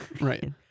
right